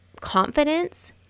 confidence